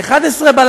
בשעה 23:00,